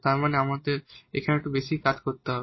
তার মানে আমাদের এখানে একটু বেশি কাজ করতে হবে